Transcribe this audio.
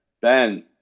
Ben